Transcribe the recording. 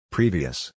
Previous